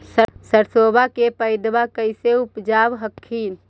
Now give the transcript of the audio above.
सरसोबा के पायदबा कैसे उपजाब हखिन?